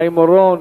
חיים אורון,